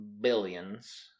billions